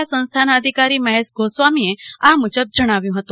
આ સંસ્થાના અધિકારી મહેશ ગોસ્વામી એ આ મુજબ જણાવ્યું હતું